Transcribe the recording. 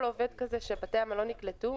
כל עובד כזה שבתי המלון יקלטו,